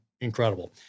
incredible